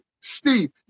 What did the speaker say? Steve